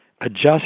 adjust